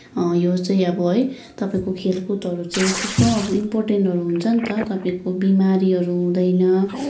यो चाहिँ अब है तपाईँको खेलकुदहरू चाहिँ थुप्रो अब इम्पोर्टेन्टहरू हुन्छ नि त तपाईँको बिमारीहरू हुँदैन